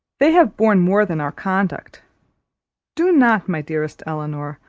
they have borne more than our conduct do not, my dearest elinor,